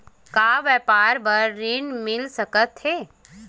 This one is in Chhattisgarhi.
का व्यापार बर ऋण मिल सकथे?